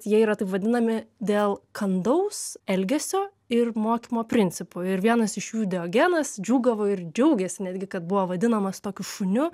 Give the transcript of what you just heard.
jie yra taip vadinami dėl kandaus elgesio ir mokymo principų ir vienas iš jų diogenas džiūgavo ir džiaugėsi netgi kad buvo vadinamas tokiu šuniu